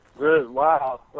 Wow